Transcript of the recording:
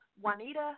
Juanita